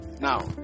now